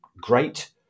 great